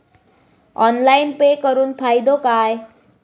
Online pay करुन फायदो काय?